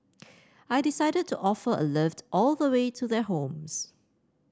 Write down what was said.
I decided to offer a lift all the way to their homes